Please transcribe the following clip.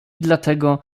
dlatego